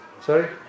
Sorry